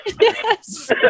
Yes